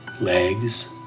legs